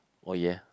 oh yeah